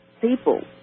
people